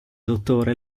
dottore